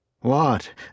What